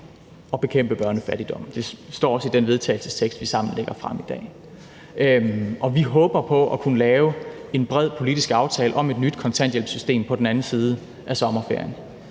at bekæmpe børnefattigdom. Det står også i den vedtagelsestekst, vi sammen lægger frem i dag. Og vi håber på at kunne lave en bred politisk aftale om et nyt kontanthjælpssystem på den anden side af sommerferien.